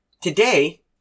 Today